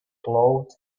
glowed